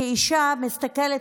כאישה שמסתכלת,